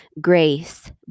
grace